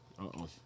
Uh-oh